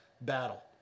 battle